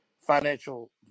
financial